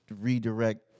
redirect